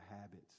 habits